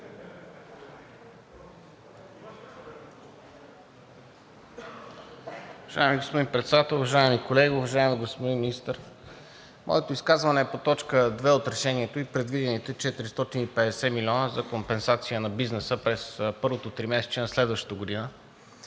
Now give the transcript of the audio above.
Уважаеми господин Председател, уважаеми колеги, уважаеми господин Министър! Моето изказване е по т. 2 от Решението и предвидените 450 млн. лв. за компенсация на бизнеса през първото тримесечие на следващата година.